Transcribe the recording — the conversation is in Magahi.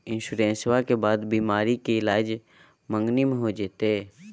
इंसोरेंसबा के बाद बीमारी के ईलाज मांगनी हो जयते?